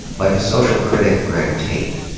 like the social critic greg tate.